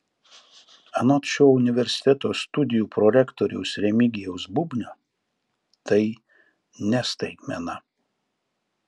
anot šio universiteto studijų prorektoriaus remigijaus bubnio tai ne staigmena